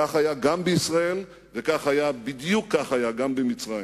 כך היה בישראל, ובדיוק כך היה גם במצרים.